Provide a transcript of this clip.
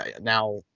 Now